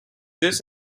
this